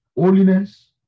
Holiness